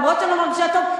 למרות שאני לא מרגישה טוב,